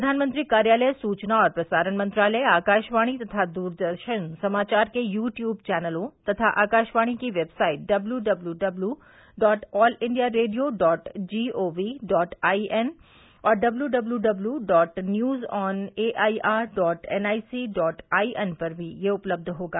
प्रधानमंत्री कार्यालय सूचना और प्रसारण मंत्रालय आकाशवाणी तथा दूरदर्शन समाचार के यू ट्यूब चैनलों तथा आकाशवाणी की website W W W dot All India Radio dot GOP dot IN और W W W dot news on AIR dot NIC dot IN पर भी यह उपलब्ध रहेगा